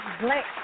black